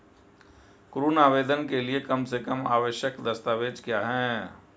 ऋण आवेदन के लिए कम से कम आवश्यक दस्तावेज़ क्या हैं?